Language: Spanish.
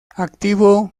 activo